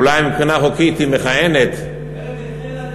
אולי מבחינה חוקית היא מכהנת, טרם התחילה לתפקד.